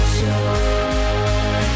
joy